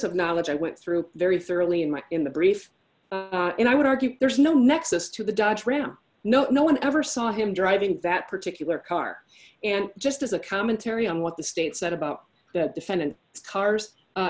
of knowledge i went through very thoroughly in my in the brief and i would argue there's no nexus to the dodge ram no one ever saw him driving that particular car and just as a commentary on what the state said about the defendant cars